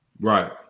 Right